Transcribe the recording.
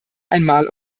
einmal